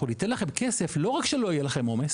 אנחנו ניתן לכם כסף לא רק שלא יהיה לכם עומס,